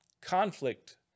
Conflict